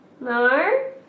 No